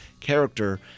character